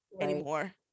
anymore